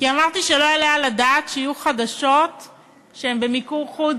כי אמרתי שלא יעלה על הדעת שיהיו חדשות שהן במיקור-חוץ,